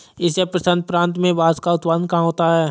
Asia प्रशांत प्रांत में बांस का उत्पादन कहाँ होता है?